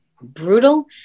brutal